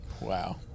Wow